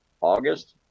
August